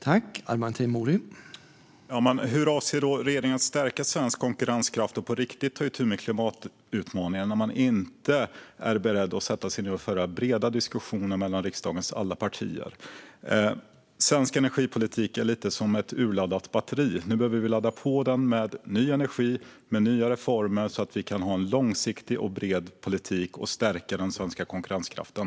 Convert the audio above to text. Herr talman! Hur avser regeringen att stärka konkurrenskraft och på riktigt ta itu med klimatutmaningen om man inte är beredd att sätta sig ned och föra breda diskussioner med riksdagens alla partier? Svensk energipolitik är lite som ett urladdat batteri. Nu behöver vi ladda det med ny energi och nya reformer så att vi kan ha en långsiktig och bred politik och stärka den svenska konkurrenskraften.